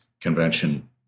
convention